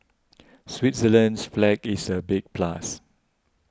Switzerland's flag is a big plus